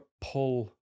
pull